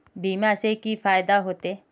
बीमा से की फायदा होते?